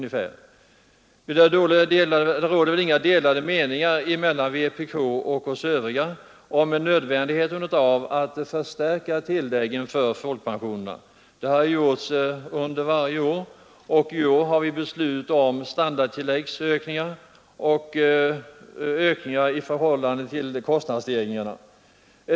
Det råder inga delade meningar mellan vpk och oss övriga om nödvändigheten av en ekonomisk förstärkning för folkpensionärerna. Det har skett varje år, och i år har vi fattat beslut om standardtilläggsökningar och ökningar i förhållande till kostnadsstegringarna.